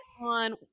on